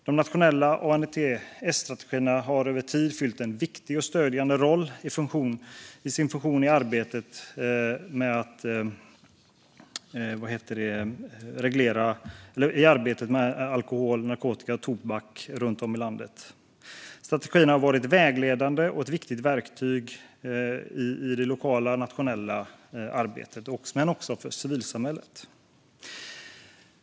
De nationella ANDTS-strategierna har över tid fyllt en viktig och stödjande roll i sin funktion i arbetet med alkohol, narkotika och tobak runt om i landet. Strategierna har varit vägledande och ett viktigt verktyg i det lokala och nationella arbetet men också för civilsamhället.